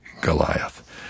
Goliath